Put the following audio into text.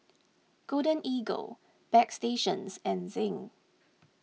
Golden Eagle Bagstationz and Zinc